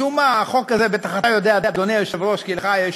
משום מה, בטח אתה יודע, אדוני היושב-ראש, כי לך יש